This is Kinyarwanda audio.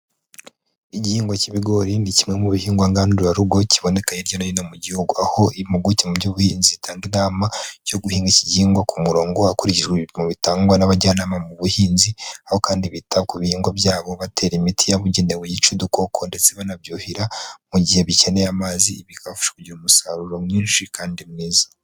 Igihingwa cy'ibigori ni kimwe mu bihingwa ngandurarugo kiboneka hirya no hino mu gihugu, aho impuguke mu by'ubuhinzi zitanga inama yo guhinga iki gihingwa ku murongo hakurikijwe ibipimo bitangwa n'abajyanama mu buhinzi, aho kandi bita ku bihingwa byabo batera imiti yabugenewe yica udukoko, ndetse banabyuhira mu gihe bikeneye amazi, bikabafasha kugira umusaruro mwinshi kandi mwiza.